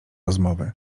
rozmowy